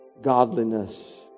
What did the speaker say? godliness